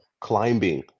climbing